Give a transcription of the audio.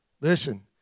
Listen